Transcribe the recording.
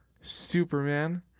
Superman